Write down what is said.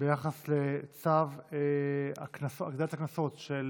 ביחס לצו להעלאת הקנסות של